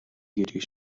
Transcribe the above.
гэрийг